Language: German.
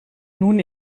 nun